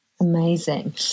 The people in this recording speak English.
Amazing